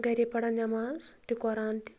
گَرے پَرا نٮ۪ماز تہِ قۄران تہِ